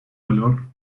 valor